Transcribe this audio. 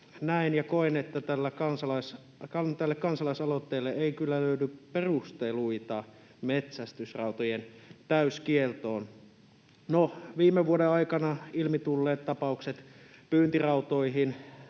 näen ja koen, että tälle kansalaisaloitteelle ei kyllä löydy perusteluita metsästysrautojen täyskieltoon. No, viime vuoden aikana ilmi tulleet tapaukset pyyntirautoihin